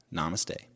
Namaste